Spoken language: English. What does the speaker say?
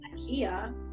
IKEA